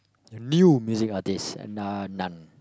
a new music artist and are none